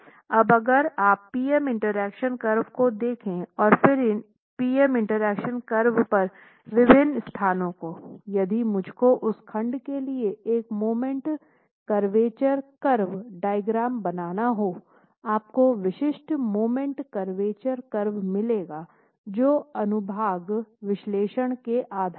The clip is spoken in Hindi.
अब अगर आप पी एम इंटरेक्शन कर्व को देखें और फिर पी एम इंटरेक्शन कर्व पर विभिन्न स्थानों को यदि मुझ को उस खंड के लिए एक मोमेंट करवेचर कर्व डायग्राम बनाना हो आपको विशिष्ट मोमेंट करवेचर कर्व मिलेगा जो अनुभाग विश्लेषण के आधार है